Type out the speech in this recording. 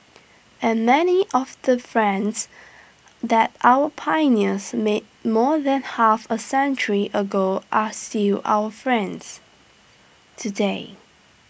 and many of the friends that our pioneers made more than half A century ago are still our friends today